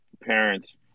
parents